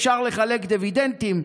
אפשר לחלק דיבידנדים,